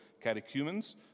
catechumens